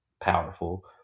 powerful